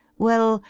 well,